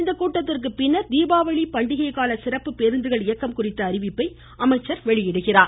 இந்த கூட்டத்திற்கு பின்னர் தீபாவளி பண்டிகை கால சிறப்பு பேருந்துகள் இயக்கம் குறித்த அறிவிப்பை அமைச்சர் வெளியிட உள்ளார்